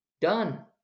done